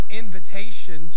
invitation